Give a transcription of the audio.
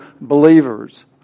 believers